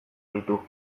ditu